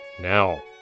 Now